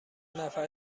نفر